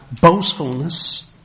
boastfulness